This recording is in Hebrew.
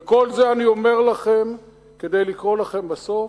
וכל זה אני אומר לכם כדי לקרוא לכם בסוף: